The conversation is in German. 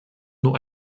nur